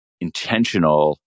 intentional